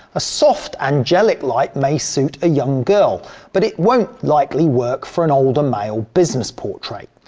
a soft angelic light may suit a young girl but it won't likely work for an older male business portrait.